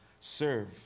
serve